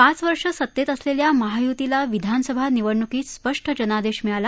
पाच वर्ष सत्तेत असलेल्या महायुतीला विधानसभा निवडणुकीत स्पष्ट जनादेश मिळाला